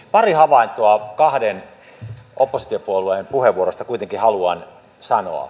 pari havaintoa kahden oppositiopuolueen puheenvuoroista kuitenkin haluan sanoa